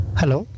hello